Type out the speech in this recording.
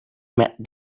met